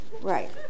right